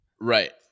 right